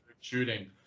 shooting